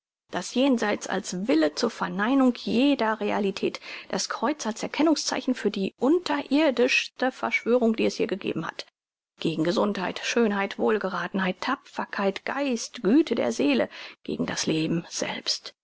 das jenseits als wille zur verneinung jeder realität das kreuz als erkennungszeichen für die unterirdischste verschwörung die es je gegeben hat gegen gesundheit schönheit wohlgerathenheit tapferkeit geist güte der seele gegen das leben selbst